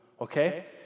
okay